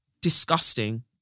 Disgusting